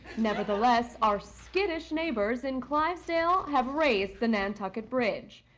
nevertheless, our skittish neighbors in clivesdale have raised the nantucket bridge.